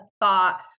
thought